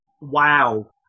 Wow